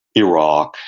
iraq,